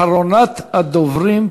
אחרונת הדוברים,